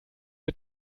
mit